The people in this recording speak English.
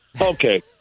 Okay